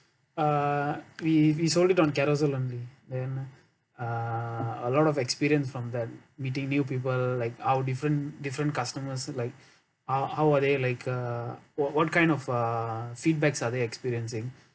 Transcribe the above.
uh we sold it on Carousell only then uh a lot of experience from that meeting new people like our different different customers like ho~ how are they like uh what what kind of uh feedbacks are they experiencing